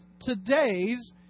today's